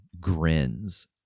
grins